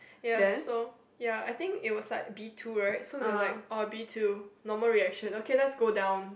yes so ya I think it was like B two right so we were like oh B two normal reaction okay let's go down